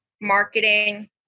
marketing